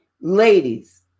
ladies